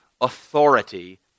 authority